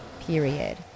period